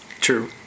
True